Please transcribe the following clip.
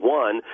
one